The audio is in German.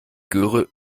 göre